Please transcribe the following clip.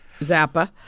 Zappa